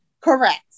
Correct